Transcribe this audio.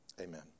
Amen